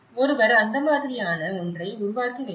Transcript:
எனவே ஒருவர் அந்த மாதிரியான ஒன்றை உருவாக்க வேண்டும்